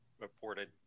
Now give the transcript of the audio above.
reported